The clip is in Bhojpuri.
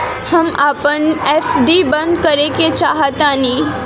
हम अपन एफ.डी बंद करेके चाहातानी